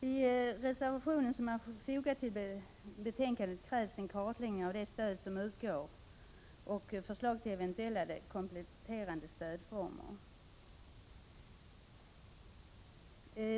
I reservationen som är fogad till betänkandet krävs en kartläggning av det stöd som utgår och förslag till eventuella kompletterande stödformer.